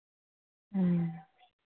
ᱦᱮᱸ